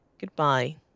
Goodbye